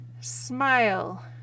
smile